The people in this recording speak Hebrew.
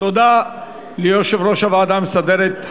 תודה ליושב-ראש הוועדה המסדרת,